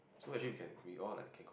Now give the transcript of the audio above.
so actually we can we all like can